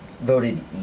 voted